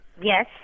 Yes